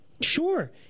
Sure